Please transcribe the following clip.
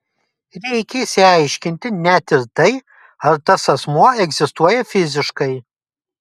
reikia išsiaiškinti net ir tai ar tas asmuo egzistuoja fiziškai